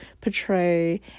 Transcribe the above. portray